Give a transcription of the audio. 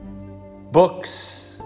books